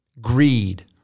greed